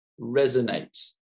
resonates